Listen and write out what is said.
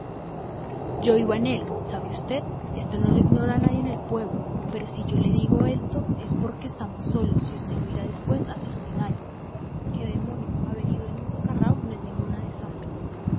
yo iba en él sabe usted esto no lo ignora nadie en el pueblo pero si yo se lo digo es porque estamos solos y usted no irá después a hacerme daño qué demonio haber ido en el socarrao no es ninguna